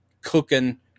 cooking